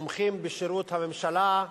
מומחים בשירות הממשלה,